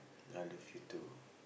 I love you too